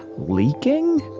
leaking?